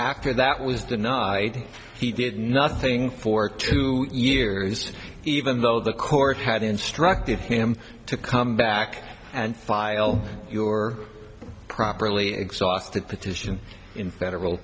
after that was denied he did nothing for two years even though the court had instructed him to come back and file your properly exhausted petition in federal